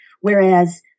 whereas